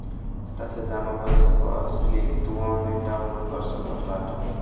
खाता से जमा पईसा कअ स्लिप तू ऑनलाइन डाउन लोड कर सकत बाटअ